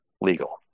legal